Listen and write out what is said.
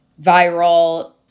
viral